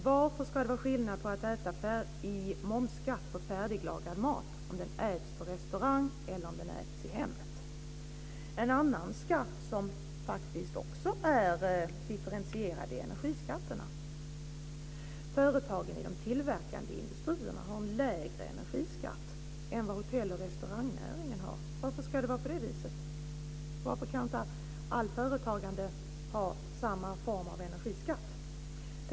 Varför ska det vara momsskillnad på färdiglagad mat beroende på om den äts på restaurang eller om den äts i hemmet? En annan skatt som faktiskt också är differentierad är energiskatten. Företagen i de tillverkande industrierna har en lägre energiskatt än hotell och restaurangnäringen har. Varför ska det vara på det viset? Varför kan inte allt företagande ha samma form av energiskatt?